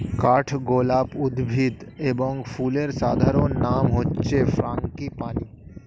কাঠগোলাপ উদ্ভিদ এবং ফুলের সাধারণ নাম হচ্ছে ফ্রাঙ্গিপানি